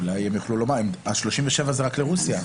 אולי הם יוכלו לומר, ה-37 זה רק לרוסיה.